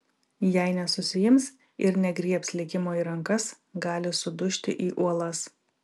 jei nesusiims ir negriebs likimo į rankas gali sudužti į uolas